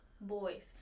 Boys